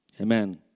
Amen